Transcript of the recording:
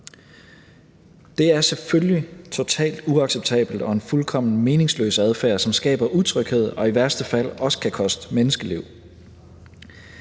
Det er selvfølgelig totalt uacceptabelt og en fuldkommen meningsløs adfærd, som skaber utryghed og i værste fald også kan koste menneskeliv.